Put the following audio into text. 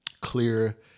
clear